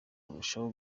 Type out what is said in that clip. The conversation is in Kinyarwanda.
barushaho